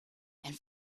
and